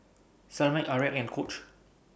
Similac Arai and Coach